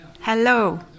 hello